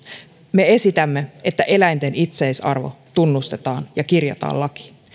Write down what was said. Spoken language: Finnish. me esitämme että eläinten itseisarvo tunnustetaan ja kirjataan lakiin